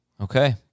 Okay